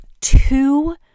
two